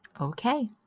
Okay